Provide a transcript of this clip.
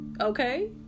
Okay